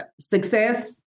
Success